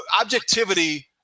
Objectivity